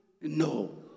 No